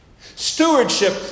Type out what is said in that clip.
Stewardship